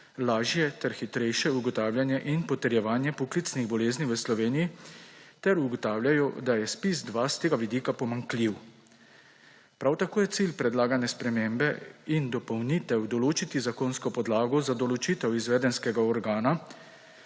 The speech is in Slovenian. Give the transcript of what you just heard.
lažje ter hitrejše ugotavljanje in potrjevanje poklicnih bolezni v Sloveniji, ter ugotavljajo, da je ZPIZ-2 s tega vidika pomanjkljiv. Prav tako je cilj predlagane spremembe in dopolnitev določiti zakonsko podlago za določitev izvedenskega organa